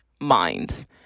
minds